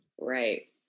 Right